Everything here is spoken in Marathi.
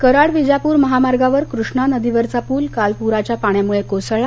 कराड विजापूर महामार्गावर कृष्णा नदीवरचा पूल काल पूराच्या पाण्यामूळे कोसळला